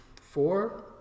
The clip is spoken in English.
four